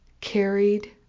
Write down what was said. carried